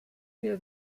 mehr